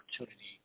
opportunity